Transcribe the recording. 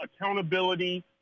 accountability